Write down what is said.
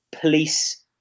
police